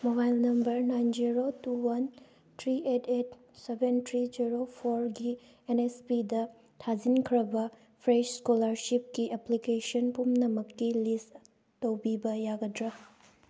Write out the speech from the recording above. mobile number nine zero two one three eight eight seven three zero ꯐꯣꯔꯒꯤ N S ꯄꯤꯗ ꯊꯥꯖꯤꯟꯈ꯭ꯔꯕ fresh ꯏꯁꯀꯣꯂꯥꯔꯁꯤꯞꯀꯤ application ꯄꯨꯝꯅꯃꯛꯀꯤ ꯂꯤꯁ ꯇꯧꯕꯤꯕ ꯌꯥꯒꯗ꯭ꯔꯥ